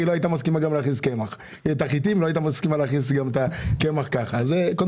היא לא הייתה מסכימה להכניס הביתה גם קמח זה יהיה טוב.